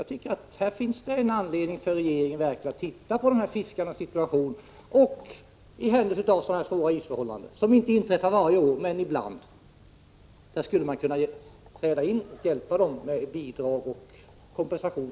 Jag tycker att det finns anledning för regeringen att verkligen se på fiskarenas situation och i händelse av dessa svåra isförhållanden — som inte inträffar varje år men ibland — hjälpa dem med bidrag och kompensation.